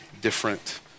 different